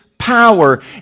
Power